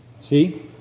See